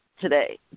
today